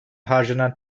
harcanan